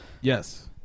Yes